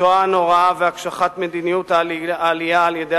השואה הנוראה והקשחת מדיניות העלייה על-ידי